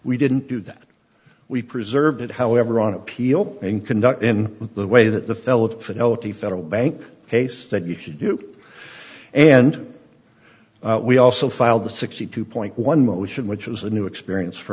we didn't do that we preserve it however on appeal and conduct in the way that the fell of fidelity federal bank case that you should you and we also filed the sixty two point one motion which was a new experience for